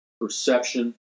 perception